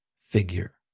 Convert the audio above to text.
figure